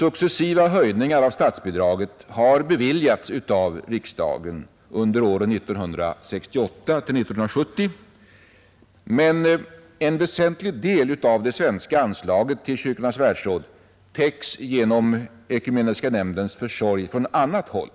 Successiva höjningar av statsbidraget har beviljats av riksdagen under åren 1968 — 1970, men en väsentlig del av det svenska anslaget till Kyrkornas världsråd täcks genom Ekumeniska nämndens försorg från annat håll.